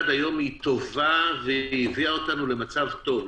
עד היום היא טובה והיא הביאה אותנו למצב טוב,